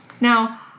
Now